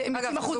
ויוצאים החוצה.